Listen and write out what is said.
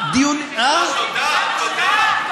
תודה, תודה.